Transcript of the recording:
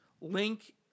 Link